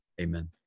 Amen